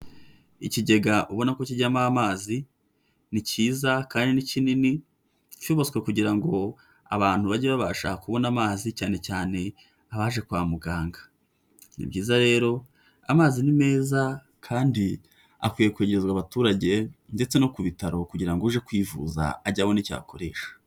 Ikigega ubona ko kijyamo amazi, ni cyiza kandi ni kinini, cyubatswe kugira ngo abantu bajye babasha kubona amazi cyane cyane abaje kwa muganga, ni byiza rero, amazi ni meza kandi akwiye kwegerezwa abaturage, ndetse no ku bitaro kugira ngo uje kwivuza ajye abone icyo akoresha.